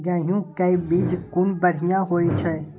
गैहू कै बीज कुन बढ़िया होय छै?